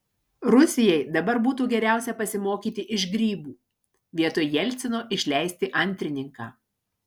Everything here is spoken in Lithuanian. rusijai dabar būtų geriausia pasimokyti iš grybų vietoj jelcino išleisti antrininką